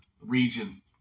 region